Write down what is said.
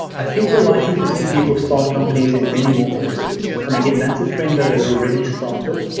i think we're likely to see people start companies in many more places, and again that's a trend that ah already started.